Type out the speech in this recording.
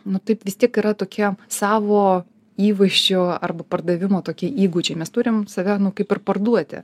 nu taip vis tiek yra tokie savo įvaizdžio arba pardavimo tokie įgūdžiai mes turim save nu kaip ir parduoti